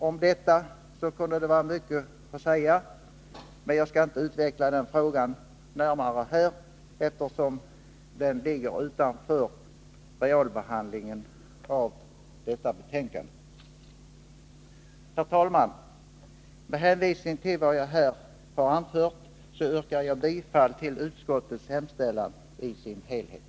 Om detta kunde det vara mycket att säga, men jag skall inte utveckla den frågan närmare här, eftersom den ligger utanför realbehandlingen av detta betänkande. Herr talman! Med hänvisning till vad jag här har anfört yrkar jag bifall till utskottets hemställan i dess helhet.